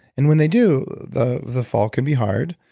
and when they do, the the fall can be hard.